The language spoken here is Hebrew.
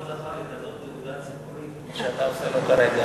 לא זכה לכזאת תהודה ציבורית שאתה עושה לו כרגע.